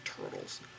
Turtles